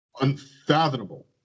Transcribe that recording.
unfathomable